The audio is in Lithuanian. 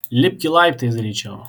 lipki laiptais greičiau